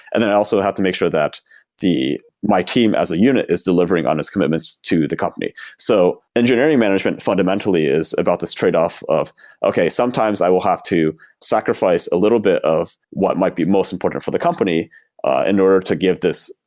and then i also have to make sure that my team as a unit is delivering on these commitments to the company so engineering management fundamentally is about this trade-off of okay, sometimes i will have to sacrifice a little bit of what might be most important for the company in order to give this,